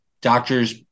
doctor's